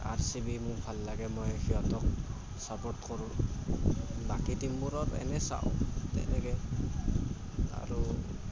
R C B মোৰ ভাল লাগে মই সিহঁতক ছাপৰ্ট কৰোঁ বাকী টীমবোৰক এনে চাওঁ তেনেকৈ আৰু